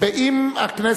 קודם הם ינמקו.